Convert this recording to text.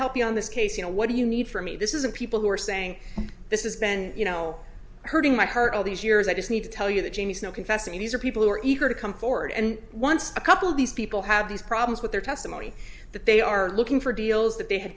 help you on this case you know what do you need for me this isn't people who are saying this is ben you know hurting my heart all these years i just need to tell you that james no confessed and these are people who are eager to come forward and once a couple of these people have these problems with their testimony that they are looking for deals that they ha